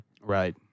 Right